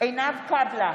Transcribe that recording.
עינב קאבלה,